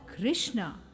Krishna